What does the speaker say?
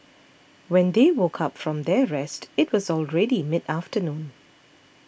when they woke up from their rest it was already mid afternoon